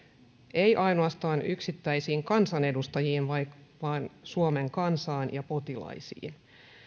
ei ainoastaan yksittäisiin kansanedustajiin vaan suomen kansaan ja potilaisiin